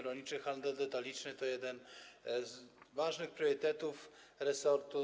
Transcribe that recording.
Rolniczy handel detaliczny to jeden z ważnych priorytetów resortu.